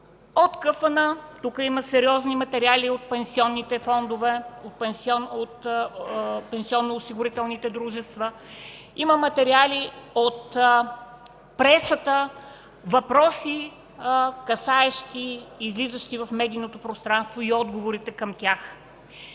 надзор, тук има сериозни материали от пенсионните фондове, от пенсионноосигурителните дружества, има материали от пресата, въпроси, касаещи темата и излизащи в медийното пространство, и отговорите към тях.